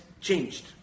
changed